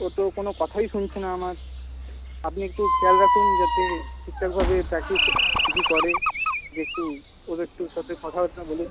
ও তো কোনো কথাই শুনছে না আমার আপনি একটু খেয়াল রাখুন যাতে ঠিকঠাকভাবে প্র্যাক্টিস কিছু করে যে একটু ওর একটু সাথে কথাবার্তা বলুন